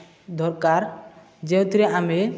ଦରକାର ଯେଉଁଥିରେ ଆମେ